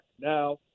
Now